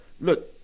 Look